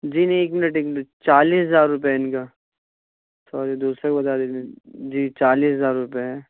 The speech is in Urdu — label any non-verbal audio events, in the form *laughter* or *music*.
جی نہیں ایک منٹ ایک منٹ چالیس ہزار روپے ہے ان کا سوری دوسرے کا بتا *unintelligible* جی چالیس ہزار روپے ہے